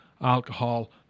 alcohol